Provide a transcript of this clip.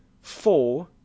four